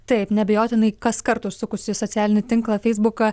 taip neabejotinai kaskart užsukus į socialinį tinklą feisbuką